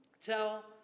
tell